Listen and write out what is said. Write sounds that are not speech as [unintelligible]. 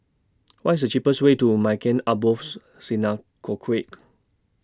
What IS The cheapest Way to Maghain Aboth [unintelligible]